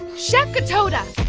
chef gotoda!